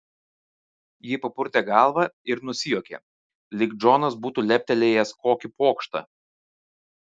ji papurtė galvą ir nusijuokė lyg džonas būtų leptelėjęs kokį pokštą